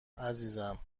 عزیزم